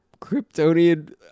kryptonian